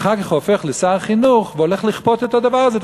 ואחר כך הופך לשר חינוך והולך לכפות את הדבר הזה,